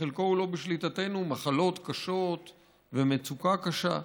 חלק לא בשליטתנו, מחלות קשות ומצוקה קשה.